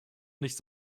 nicht